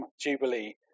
Jubilee